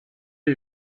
est